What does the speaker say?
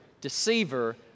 deceiver